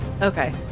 okay